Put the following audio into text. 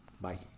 Bye